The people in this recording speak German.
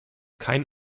kein